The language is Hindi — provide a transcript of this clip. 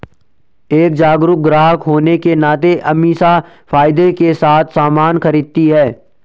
एक जागरूक ग्राहक होने के नाते अमीषा फायदे के साथ सामान खरीदती है